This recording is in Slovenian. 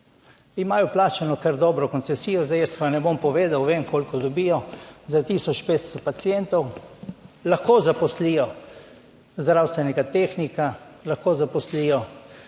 Imajo plačano kar dobro koncesijo - zdaj, jaz vam ne bom povedal, vem, koliko dobijo - za 1500 pacientov lahko zaposlijo zdravstvenega tehnika, lahko zaposlijo